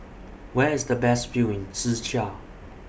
Where IS The Best View in Czechia